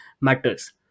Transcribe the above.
matters